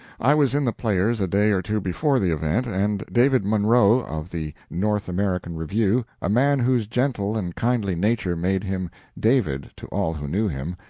i was in the players a day or two before the event, and david munro, of the north american review, a man whose gentle and kindly nature made him david to all who knew him,